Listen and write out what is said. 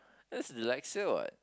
this is Dyslexia what